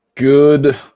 Good